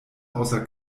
außer